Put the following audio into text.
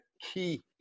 key